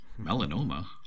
melanoma